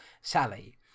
Sally